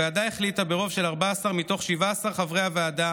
הוועדה החליטה ברוב של 14 מתוך 17 חברי הוועדה